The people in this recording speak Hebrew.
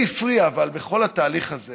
אבל באמת, לי הפריע בכל התהליך הזה